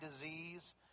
disease